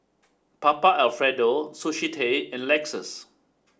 Papa Alfredo Sushi Tei and Lexus